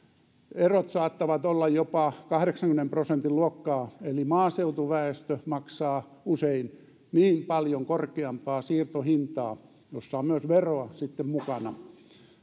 erot saattavat olla jopa kahdeksankymmenen prosentin luokkaa eli maaseutuväestö maksaa usein niin paljon korkeampaa siirtohintaa jossa on myös veroa sitten mukana